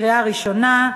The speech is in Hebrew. לקריאה ראשונה.